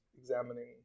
examining